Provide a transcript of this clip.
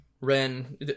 Ren